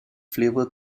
flavor